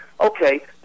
okay